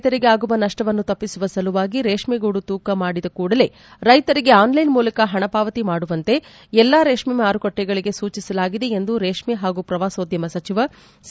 ಮಧ್ಯವರ್ತಿಗಳಿಂದ ರೈತರಿಗೆ ಆಗುವ ನಷ್ಷವನ್ನು ತಪ್ಪಿಸುವ ಸಲುವಾಗಿ ರೇಷ್ಣಗೂಡು ತೂಕ ಮಾಡಿದ ಕೂಡಲೇ ರೈತರಿಗೆ ಆನ್ಲೈನ್ ಮೂಲಕ ಹಣ ಪಾವತಿ ಮಾಡುವಂತೆ ಎಲ್ಲಾ ರೇಷ್ನೆ ಮಾರುಕಟ್ಷೆಗಳಿಗೆ ಸೂಚಿಸಲಾಗಿದೆ ಎಂದು ರೇಷ್ನೆ ಹಾಗೂ ಶ್ರವಾಸೋದ್ಯಮ ಸಚಿವ ಸಾ